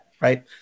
right